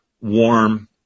warm